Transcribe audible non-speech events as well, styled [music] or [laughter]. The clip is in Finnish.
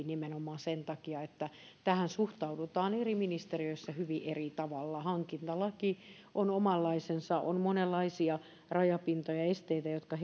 [unintelligible] nimenomaan sen takia että tähän suhtaudutaan eri ministeriöissä hyvin eri tavalla hankintalaki on omanlaisensa on monenlaisia rajapintoja ja esteitä jotka [unintelligible]